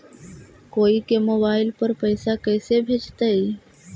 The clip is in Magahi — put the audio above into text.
कोई के मोबाईल पर पैसा कैसे भेजइतै?